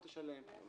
שלם.